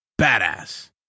badass